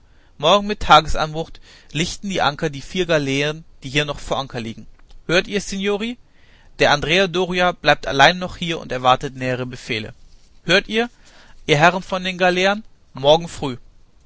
morgen mit tagesanbruch lichten die anker die vier galeeren die hier noch vor anker liegen hört ihr signori der andrea doria bleibt allein noch hier und erwartet nähere befehle hört ihr ihr herren von den galeeren morgen früh